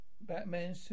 Batman